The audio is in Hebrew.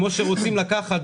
כמו שרוצים לקחת,